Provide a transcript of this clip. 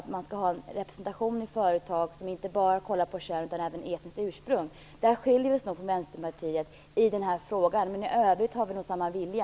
Man skall ha en representation i företag som inte bara tar hänsyn till kön utan också till etniskt ursprung. I det avseendet skiljer vi oss från Vänsterpartiet i den här frågan, men i övrigt har vi nog samma vilja.